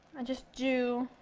and just do